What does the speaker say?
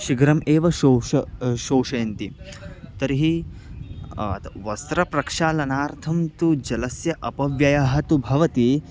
शीघ्रम् एव शोष शोषयन्ति तर्हि वस्त्रप्रक्षालनार्थं तु जलस्य अपव्ययः तु भवति